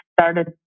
started